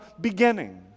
beginning